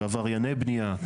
ועברייני בנייה,